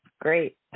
great